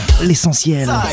l'essentiel